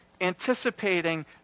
anticipating